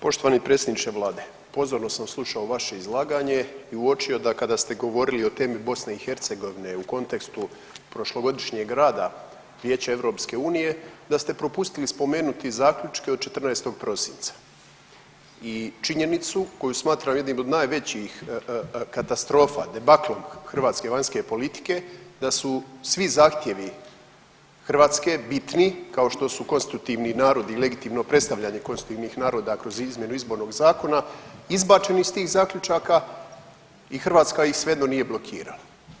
Poštovani predsjedniče Vlade, pozorno sam slušao vaše izlaganje i uočio kada ste govorili o temi BiH u kontekstu prošlogodišnjeg rada Vijeća EU da ste propustili spomenuti zaključke od 14. prosinca i činjenicu koju smatram jednim od najvećih katastrofa, debaklom hrvatske vanjske politike da su svi zahtjevi Hrvatske, bitni, kao što su konstitutivni narodi, legitimno predstavljanje konstitutivnih naroda kroz izmjenu izbornog zakona, izbačeni iz tih zaključaka i Hrvatska ih svejedno nije blokirala.